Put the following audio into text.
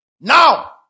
Now